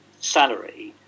salary